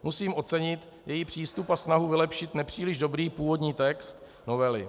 Musím ocenit její přístup a snahu vylepšit nepříliš dobrý původní text novely.